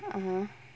(uh huh)